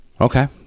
Okay